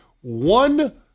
one